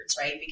right